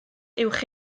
uwch